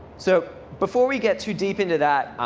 so before we get too deep into that,